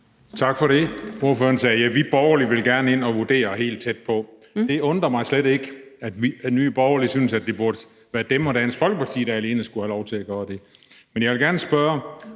sagde: Vi borgerlige vil gerne ind og vurdere helt tæt på. Det undrer mig slet ikke, at Nye Borgerlige synes, at det burde være dem og Dansk Folkeparti, der alene skulle have lov til at gøre det. Men jeg vil gerne spørge: